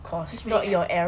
aku cuma ingat